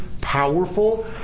powerful